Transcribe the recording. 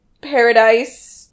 paradise